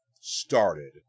started